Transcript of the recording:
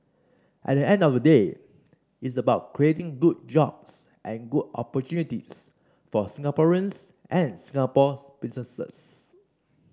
at the end of the day it's about creating good jobs and good opportunities for Singaporeans and Singapore businesses